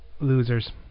Losers